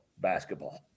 basketball